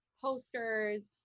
posters